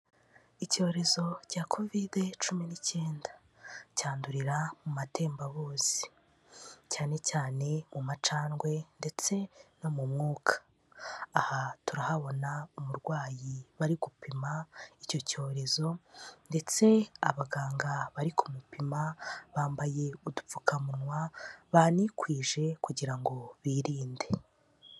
Icyorezo cya Kovide cumi n'icyenda. Cyandurira mu matembabuzi. Cyane cyane mu macandwe ndetse no mu mwuka, aha turahabona umurwayi bari gupima icyo cyorezo ndetse abaganga bari kumupima bambaye udupfukamunwa banikwije kugira ngo birinde.